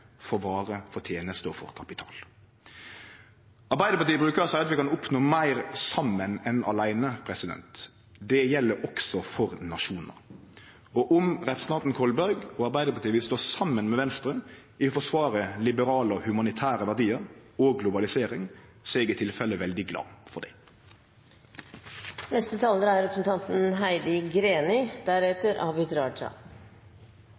for varer, for tenester og for kapital. Arbeidarpartiet brukar å seie at vi kan oppnå meir saman enn åleine – det gjeld også for nasjonar – og om representanten Kolberg og Arbeidarpartiet vil stå saman med Venstre i å forsvare liberale og humanitære verdiar og globalisering, er eg i tilfelle veldig glad for